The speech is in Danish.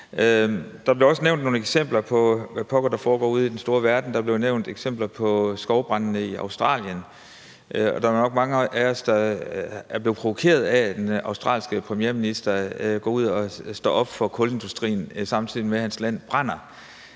også nævnt nogle eksempler på, hvad pokker der foregår ude i den store verden. Der blev nævnt eksempler som skovbrandene i Australien. Og der er nok mange af os, der er blevet provokeret af, at den australske premierminister går ud og står op for kulindustrien, samtidig med at hans land brænder.